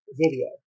video